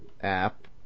app